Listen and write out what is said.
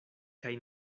kaj